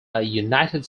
united